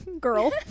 Girl